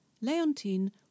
Leontine